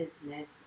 business